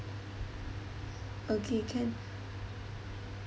okay can